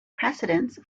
precedence